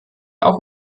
auch